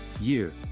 Year